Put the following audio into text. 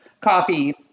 coffee